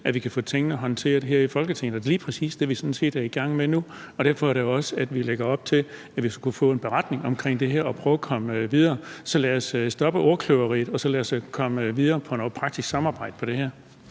at vi kan få tingene håndteret her i Folketinget, og det er lige præcis det, vi sådan set er i gang med nu. Derfor lægger vi også op til, at vi skulle få en beretning omkring det her og prøve at komme videre. Så lad os stoppe ordkløveriet, og lad os komme videre med noget praktisk samarbejde om det her.